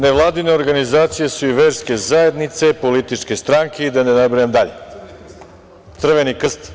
Nevladine organizacije su i verske zajednice, političke stranke i da ne nabrajam dalje, Crveni krst.